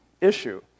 issue